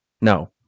No